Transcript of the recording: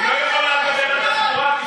היא לא יכולה לדבר על תחבורה,